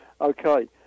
Okay